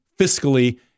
fiscally